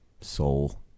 soul